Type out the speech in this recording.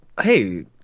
Hey